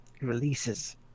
releases